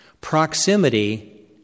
Proximity